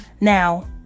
Now